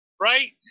right